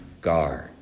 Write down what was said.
guard